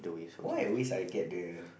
why I always I get the